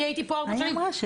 אני הייתי פה ארבע שנים,